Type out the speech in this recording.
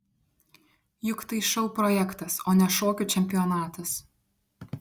juk tai šou projektas o ne šokių čempionatas